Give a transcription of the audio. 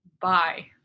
bye